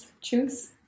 choose